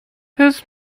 his